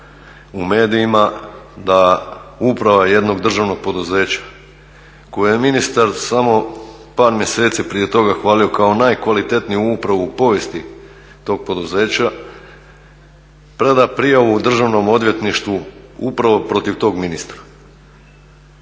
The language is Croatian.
u medijima da uprava jednog državnog poduzeća koju je ministar samo par mjeseci prije toga hvalio kao najkvalitetniju upravu u povijesti tog poduzeća preda prijavu Državnom odvjetništvu upravo protiv tog ministra.